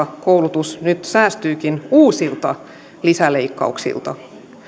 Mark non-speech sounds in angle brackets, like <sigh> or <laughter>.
<unintelligible> koulutus nyt säästyykin uusilta lisäleikkauksilta